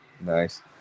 nice